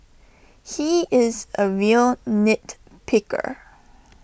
he is A real nit picker